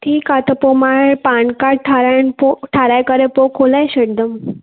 ठीकु आहे त पोइ मां पान कार्ड ठाहिराइणु पोइ ठाहिराए करे पोइ खोलाए छॾंदमि